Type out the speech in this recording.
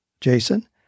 Jason